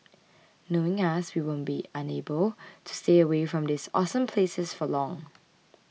knowing us we won't be unable to stay away from these awesome places for long